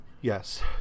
Yes